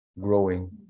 growing